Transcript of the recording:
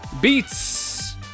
Beats